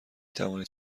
توانید